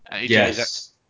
yes